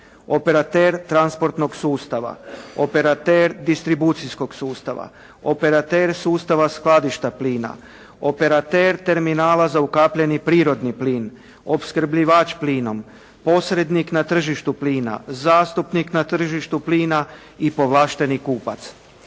operater transportnog sustava, operater distribucijskog sustava, operater sustava skladišta plina, operater terminala za ukapljeni prirodni plin, opskrbljivač plinom, posrednih na tržištu plina, zastupnik na tržištu plina i povlašteni kupac.